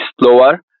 slower